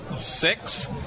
Six